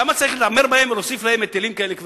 למה צריך להתעמר בהם ולהוסיף להם היטלים כאלה כבדים?